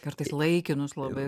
kartais laikinus labai